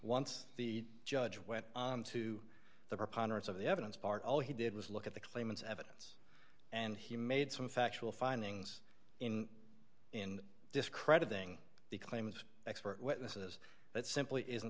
once the judge went to the preponderance of the evidence part all he did was look at the claimants evidence and he made some factual findings in in discrediting the claims expert witnesses that simply isn't